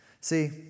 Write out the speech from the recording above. See